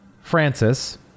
Francis